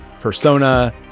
persona